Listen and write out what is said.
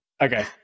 Okay